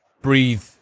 breathe